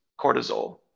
cortisol